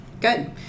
good